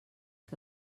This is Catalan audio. que